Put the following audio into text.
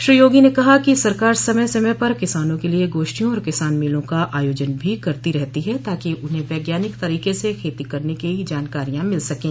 श्री योगी ने कहा कि सरकार समय समय पर किसानों के लिए गोष्ठियों और किसान मेलों का आयोजन भी करती रहती है ताकि उन्हें वैज्ञानिक तरीके से खेती करने की जानकारियां मिल सकें